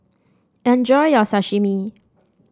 enjoy your Sashimi